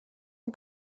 ont